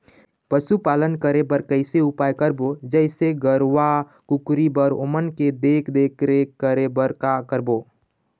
पशुपालन करें बर कैसे उपाय करबो, जैसे गरवा, कुकरी बर ओमन के देख देख रेख करें बर का करबो?